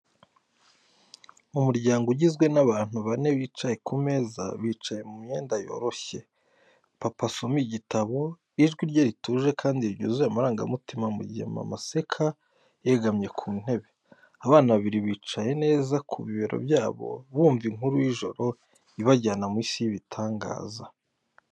Umuryango ugizwe n’abantu bane wicaye ku meza, bicaye mu myenda yoroshye. Papa asoma igitabo, ijwi rye rituje kandi ryuzuye amarangamutima, mu gihe mama aseka yegamye ku ntebe. Abana babiri bicaye neza ku bibero byabo, bumva inkuru y’ijoro ibajyana mu isi y’ibitangaza.